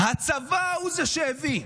הצבא הוא זה שהביא.